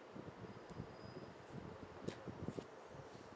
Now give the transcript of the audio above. mm